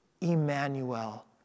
Emmanuel